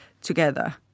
together